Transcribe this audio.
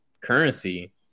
currency